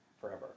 forever